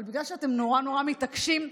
אבל בגלל שאתם נורא נורא מתעקשים,